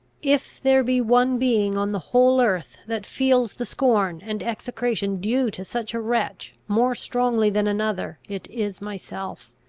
if there be one being on the whole earth that feels the scorn and execration due to such a wretch more strongly than another, it is myself.